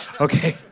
Okay